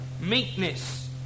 meekness